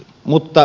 mutta